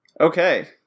Okay